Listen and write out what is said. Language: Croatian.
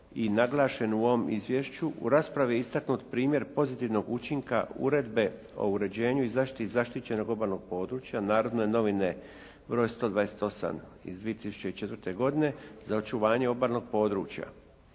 naglašen u ovome izvješću, u raspravi je istaknut primjer pozitivnog učinka Uredbe o uređenju i zaštiti zaštićenog obalnog područja, Narodne novine br. 128. iz 2994. godine za očuvanje obalnog područja.